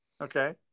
Okay